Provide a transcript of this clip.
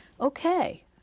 okay